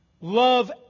Love